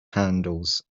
handles